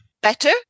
better